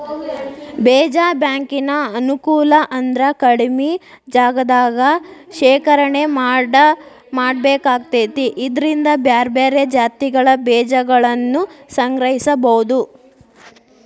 ಬೇಜ ಬ್ಯಾಂಕಿನ ಅನುಕೂಲ ಅಂದ್ರ ಕಡಿಮಿ ಜಗದಾಗ ಶೇಖರಣೆ ಮಾಡ್ಬೇಕಾಕೇತಿ ಇದ್ರಿಂದ ಬ್ಯಾರ್ಬ್ಯಾರೇ ಜಾತಿಗಳ ಬೇಜಗಳನ್ನುಸಂಗ್ರಹಿಸಬೋದು